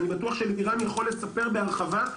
אני בטוח שלירן יכול לספר בהרחבה,